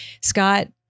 Scott